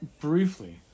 briefly